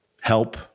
help